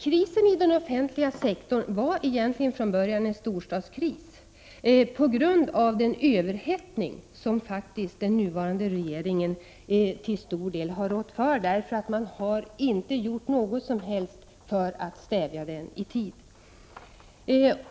Krisen i den offentliga sektorn var egentligen från början en storstadskris, på grund av den överhettning som den nuvarande regeringen till stor del har rått för, därför att man inte har gjort något som helst för att stävja den i tid.